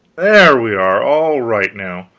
there, we are all right now.